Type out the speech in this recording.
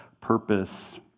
purpose